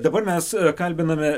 dabar mes kalbiname